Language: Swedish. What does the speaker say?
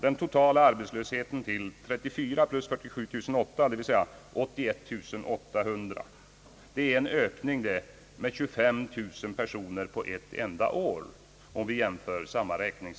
Den totala arbetslösheten blir då 34 000 plus 47 800, vilket är lika med en ökning på cirka 25 000 personer under ett enda år.